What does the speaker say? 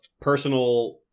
personal